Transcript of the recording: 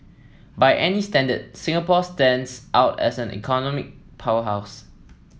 by any standard Singapore stands out as an economy powerhouse